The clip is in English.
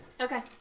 Okay